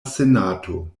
senato